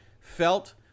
felt